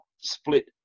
split